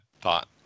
thought